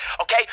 okay